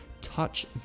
touch